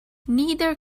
neither